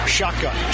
Shotgun